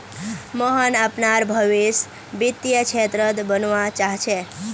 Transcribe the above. मोहन अपनार भवीस वित्तीय क्षेत्रत बनवा चाह छ